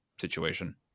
situation